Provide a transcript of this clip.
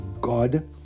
God